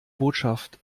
botschaft